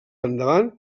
endavant